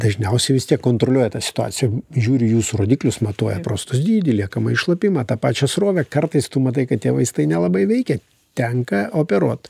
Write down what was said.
dažniausiai vis tiek kontroliuoja tą situaciją žiūri į jūsų rodiklius matuoja prostatos dydį liekamąjį šlapimą tą pačią srovę kartais tu matai kad tie vaistai nelabai veikia tenka operuot